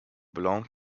belong